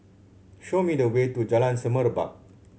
show me the way to Jalan Semerbak